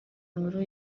inkuru